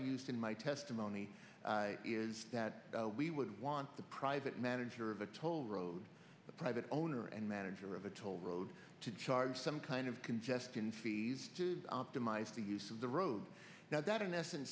used in my testimony is that we would want the private manager of the toll road the private own or any manager of a toll road to charge some kind of congestion fees to optimize the use of the road now that in essence